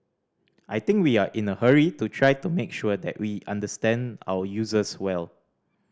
I think we are in a hurry to try to make sure that we understand our users well